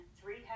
three